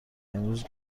امروز